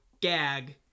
Gag